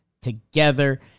Together